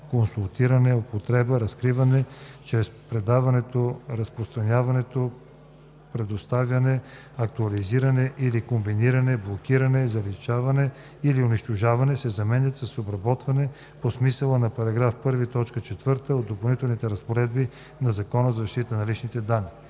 консултиране, употреба, разкриване чрез предаване, разпространяване, предоставяне, актуализиране или комбиниране, блокиране, заличаване или унищожаване“ се заменят с „обработване по смисъла на § 1, т. 4 от допълнителните разпоредби на Закона за защита на личните данни“.“